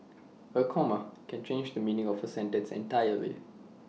A comma can change the meaning of A sentence entirely